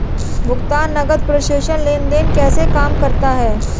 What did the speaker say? भुगतान नकद प्रेषण लेनदेन कैसे काम करता है?